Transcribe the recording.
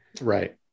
Right